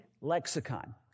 lexicon